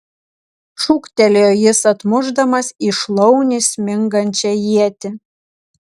šūktelėjo jis atmušdamas į šlaunį smingančią ietį